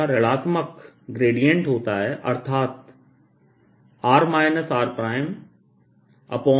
का ऋणात्मक ग्रेडियंट होता है अर्थात r r